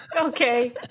Okay